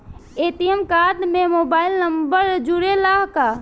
ATM card में mobile number जुरेला का?